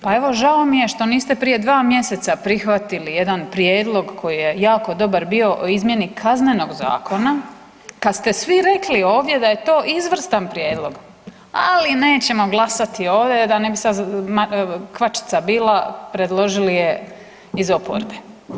Pa evo žao mi je što niste prije 2 mjeseca prihvatili jedan prijedlog koji je jako dobar bio o izmjeni Kaznenog zakona kad ste svi rekli ovdje da je to izvrstan prijedlog ali nećemo glasati ovdje da ne bi sad kvačica bila predložili je iz oporbe.